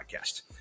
podcast